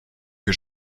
que